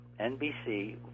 NBC